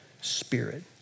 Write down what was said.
Spirit